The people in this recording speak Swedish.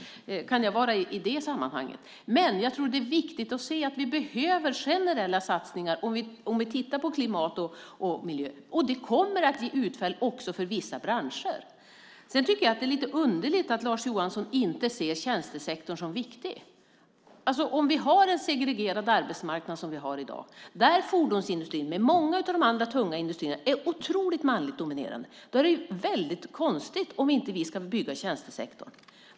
Jag kan i det sammanhanget vara generös. Men det är viktigt att se att vi behöver generella satsningar om vi tittar på klimatet och miljön. Det kommer att ge utfall för vissa branscher. Det är lite underligt att Lars Johansson inte ser tjänstesektorn som viktig. Vi har i dag en segregerad arbetsmarknad där fordonsindustrin med många av de andra tunga industrierna är otroligt manligt dominerade. Det vore då väldigt konstigt om vi inte skulle bygga i tjänstesektorn.